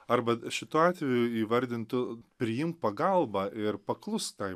arba šituo atveju įvardintu priim pagalbą ir paklus tai